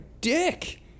dick